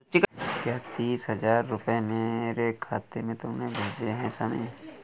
क्या तीस हजार रूपए मेरे खाते में तुमने भेजे है शमी?